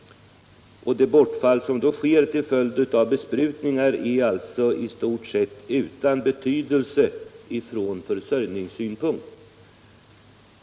Det bortfall som sker till följd av besprutningar är alltså i stort sett utan betydelse från försäljningssynpunkt.